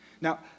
Now